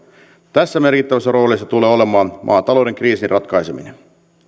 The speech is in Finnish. tässä merkittävässä roolissa tulee olemaan maatalouden kriisin ratkaiseminen